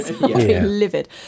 livid